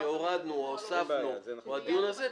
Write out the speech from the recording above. הורדנו או הוספנו בדיון הזה,